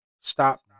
stop